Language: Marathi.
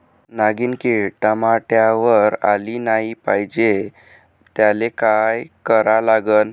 नागिन किड टमाट्यावर आली नाही पाहिजे त्याले काय करा लागन?